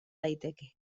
daiteke